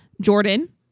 Jordan